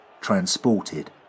Transported